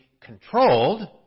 controlled